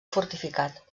fortificat